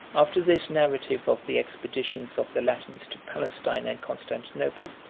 after this narrative of the expeditions of the latins to palestine and constantinople,